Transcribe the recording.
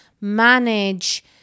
manage